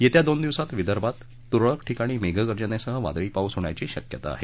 येत्या दोन दिवसात विदर्भात त्रळक ठिकाणी मेघगर्जनेसह वादळी पाऊस होण्याची शक्यता आहे